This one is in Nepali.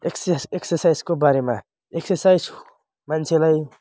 एक्सेस एक्सरसाइजको बारेमा एक्सरसाइज मान्छेलाई